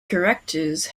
characters